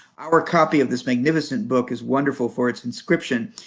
our copy of this magnificent book is wonderful for its inscription,